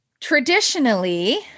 traditionally